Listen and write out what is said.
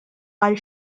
għal